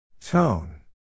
Tone